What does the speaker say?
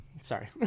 sorry